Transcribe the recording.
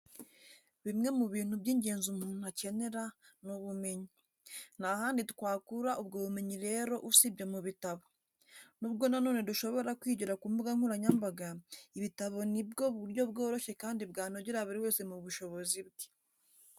Bimwe mu bintu by'ingenzi umuntu akenera, ni ubumenyi. Ntahandi twakura ubwo bumenyi rero usibye mu bitabo. Nubwo na none dushobora kwigira ku mbuga nkoranyambaga, ibitabo nibwo buryo bworoshye kandi bwanogera buri wese mu bushobozi bwe.